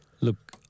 Look